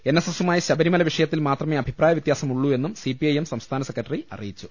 N S S മായി ശബരിമല വിഷയത്തിൽ മാത്രമെ അഭിപ്രായവൃത്യാസമു ള്ളൂവെന്നും സിപിഐഎം സംസ്ഥാന സെക്രട്ടറി അറിയിച്ചു